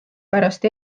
pärast